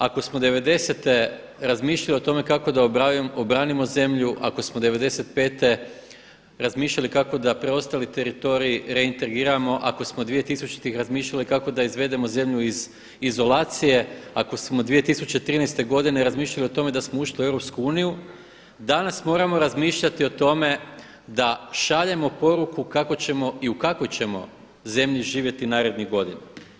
Ako smo devedesete razmišljali o tome kako da obranimo zemlju, ako smo '95. razmišljali kako da preostali teritorij reintegriramo, ako smo dvije tisućitih razmišljali kako da izvedemo zemlju iz izolacije, ako smo 2013. godine razmišljali o tome da smo ušli u EU, danas moramo razmišljati o tome da šaljemo poruku kako ćemo i u kakvoj ćemo zemlji živjeti narednih godina.